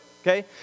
Okay